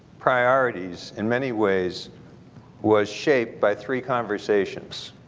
priorities in many ways was shaped by three conversations.